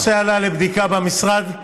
הנושא עלה לבדיקה במשרד.